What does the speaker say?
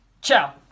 Ciao